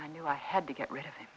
i knew i had to get rid of him